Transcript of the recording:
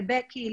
לבקי,